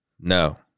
no